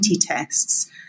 tests